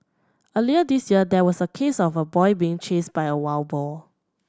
earlier this year there was a case of a boy being chased by a wild boar